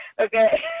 Okay